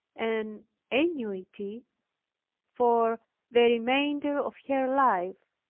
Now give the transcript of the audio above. an annuity for the remainder of her life,